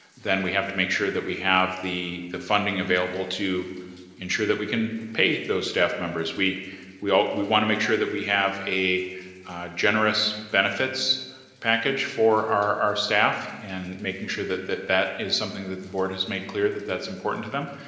then we have to make sure that we have the the funding available to ensure that we can pay those staff members. we we wanna make sure that we have a generous benefits package for our staff, and making sure that that that is something that the board has made clear that that's important to them.